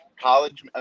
College